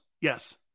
Yes